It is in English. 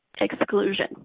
exclusion